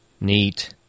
Neat